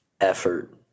Effort